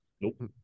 Nope